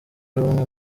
y’ubumwe